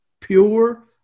pure